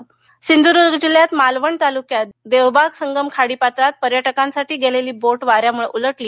सिंधदर्ग सिंधूद्ग जिल्ह्यात मालवण तालुक्यात देवबाग संगम खाडीपात्रात पर्यटकांनासाठी गेलेली बोट वाऱ्यामुळे उलटली